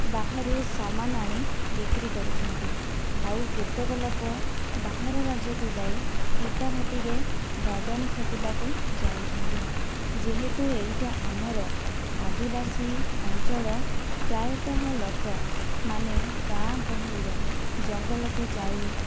ବାହାରୁ ସାମାନ ଆଣି ବିକ୍ରି କରୁଛନ୍ତି ଆଉ କେତେକ ଲୋକ ବାହାର ରାଜ୍ୟକୁ ଯାଇ ଇଟା ଭାଟିରେ ଦାଦନ ଖଟିବାକୁ ଯାଉଛନ୍ତି ଯେହେତୁ ଏହିଟା ଆମର ଆଦିବାସୀ ଅଞ୍ଚଳ ପ୍ରାୟତଃ ଲୋକ ମାନେ ଗାଁ ଗହଳିର ଜଙ୍ଗଲକୁ ଯାଇ